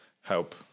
help